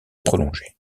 prolonger